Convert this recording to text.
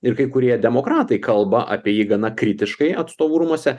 ir kai kurie demokratai kalba apie jį gana kritiškai atstovų rūmuose